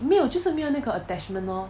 没有就是没有那个 attachment lor